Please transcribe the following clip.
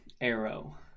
arrow